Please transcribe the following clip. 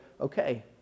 okay